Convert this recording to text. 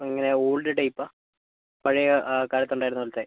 എങ്ങനെയാണ് old type ആണോ പഴയ ആ കാലത്ത് ഉണ്ടായിരുന്നത് പോലത്തെ